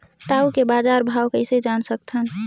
टाऊ के बजार भाव कइसे जान सकथव?